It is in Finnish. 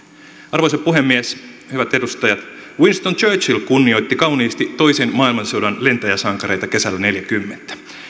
arvoisa puhemies hyvät edustajat winston churchill kunnioitti kauniisti toisen maailmansodan lentäjäsankareita kesällä neljäkymmentä